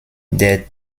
der